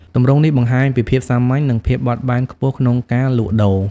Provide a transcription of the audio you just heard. ទម្រង់នេះបង្ហាញពីភាពសាមញ្ញ និងភាពបត់បែនខ្ពស់ក្នុងការលក់ដូរ។